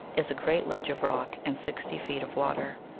is a great ledge of rock and sixty feet of water.